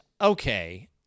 okay